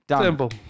Simple